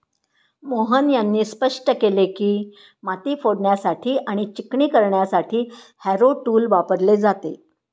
मोहन यांनी स्पष्ट केले की, माती फोडण्यासाठी आणि चिकणी करण्यासाठी हॅरो टूल वापरले जाते